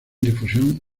difusión